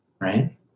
right